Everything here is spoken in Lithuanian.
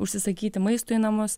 užsisakyti maisto į namus